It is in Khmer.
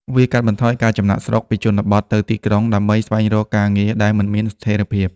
វាកាត់បន្ថយការចំណាកស្រុកពីជនបទទៅទីក្រុងដើម្បីស្វែងរកការងារដែលមិនមានស្ថិរភាព។